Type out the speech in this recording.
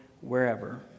wherever